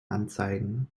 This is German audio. anzeigen